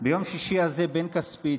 ביום שישי הזה בן כספית,